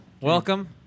Welcome